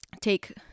take –